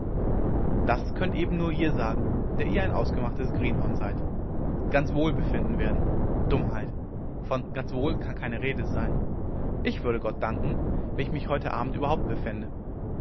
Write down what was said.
das könnt eben nur ihr sagen der ihr ein ausgemachtes greenhorn seid ganz wohl befinden werden dummheit von ganz wohl kann keine rede sein ich würde gott danken wenn ich mich heut abend überhaupt befände